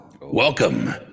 Welcome